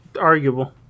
Arguable